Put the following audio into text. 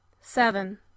Seven